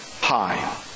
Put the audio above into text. high